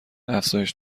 افزایش